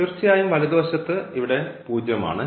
തീർച്ചയായും വലതുവശത്ത് ഇവിടെ 0 ആണ്